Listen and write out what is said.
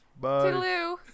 Bye